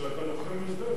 שאתה לוחם הסדר.